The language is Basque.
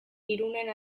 irunen